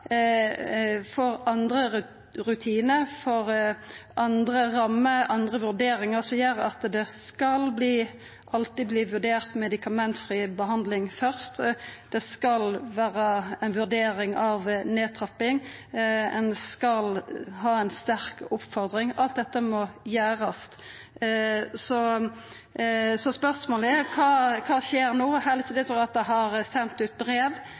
andre rutinar, får andre rammer og andre vurderingar som gjer at det alltid skal verta vurdert medikamentfri behandling først. Det skal vera ei vurdering av nedtrapping. Ein skal ha ei sterk oppmoding. Alt dette må gjerast. Så spørsmålet er: Kva skjer no? Helsedirektoratet har sendt ut brev,